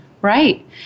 right